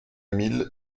mille